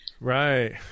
Right